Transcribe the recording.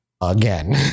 again